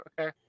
Okay